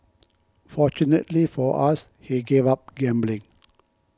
fortunately for us he gave up gambling